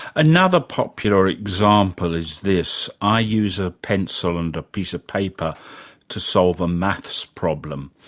another popular example is this. i use a pencil and a piece of paper to solve a maths problem.